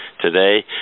today